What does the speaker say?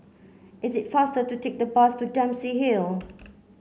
it's faster to take the bus to Dempsey Hill